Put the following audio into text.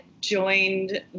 joined